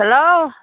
hello